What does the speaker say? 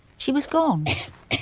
she was gone.